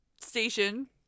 station